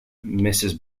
mrs